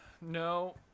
No